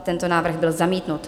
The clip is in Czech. Tento návrh byl zamítnut.